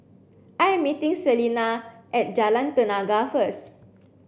I am meeting Selina at Jalan Tenaga first